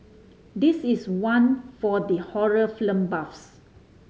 this is one for the horror film buffs